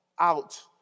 out